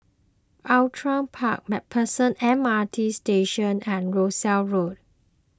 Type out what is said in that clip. Outram Park MacPherson M R T Station and Rosyth Road